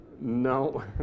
no